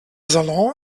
salon